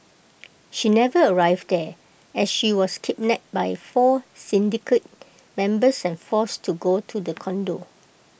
she never arrived there as she was kidnapped by four syndicate members and forced to go to the condo